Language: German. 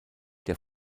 der